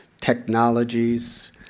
technologies